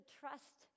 trust